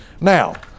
Now